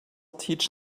teach